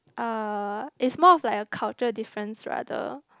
uh it's more of like a cultural difference rather